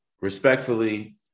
respectfully